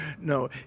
no